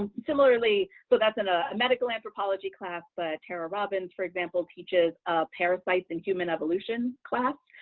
similarly, so that's in a medical anthropology class, but tara robbins, for example, teaches parasites in human evolution class,